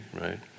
right